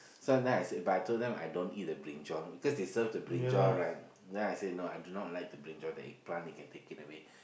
so then I said but I told them I don't eat the brinjal because they serve the brinjal right then I say no I do not like the brinjal the eggplant you can take it away